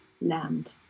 land